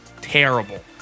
terrible